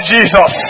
Jesus